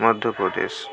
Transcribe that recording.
Madhya Pradesh